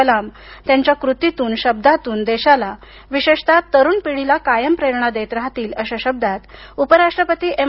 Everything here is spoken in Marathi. कलाम त्यांच्या कृतीतून शब्दांमधून देशाला विशेषतः तरुणांना कायम प्रेरणा देत राहतील अशा शब्दात उपराष्ट्रपती एम